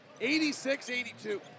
86-82